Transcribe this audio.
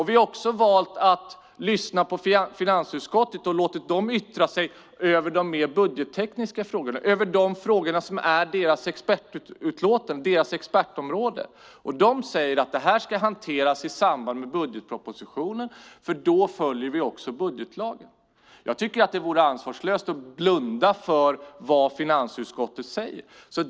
Vi har valt att lyssna på finansutskottet och låtit dem yttra sig över de mer budgettekniska frågorna som är deras expertområde. De säger att detta ska hanteras i samband med budgetpropositionen eftersom vi då följer budgetlagen. Jag tycker att det vore ansvarslöst att blunda för vad finansutskottet säger.